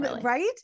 right